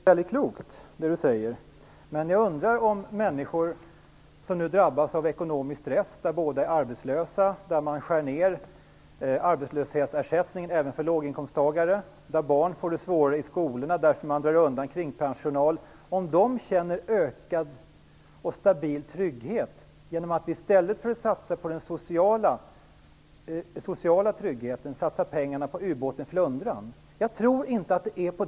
Fru talman! Jag tycker att det låter mycket klokt. Men jag undrar om människor som drabbas av ekonomisk stress därför att båda är arbetslösa, därför att man skär ner arbetslöshetsersättningen även för låginkomsttagare och därför att barn får det svårare i skolorna på grund av att man drar in på kringpersonal känner ökad och stabil trygghet genom att man satsar pengar på ubåten Flundran i stället för att satsa dem på den sociala tryggheten. Jag tror inte att det är så.